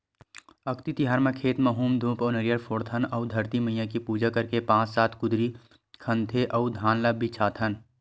अक्ती तिहार म खेत म हूम धूप अउ नरियर फोड़थन अउ धरती मईया के पूजा करके पाँच सात कुदरी खनथे अउ धान ल छितथन